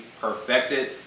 perfected